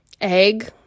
egg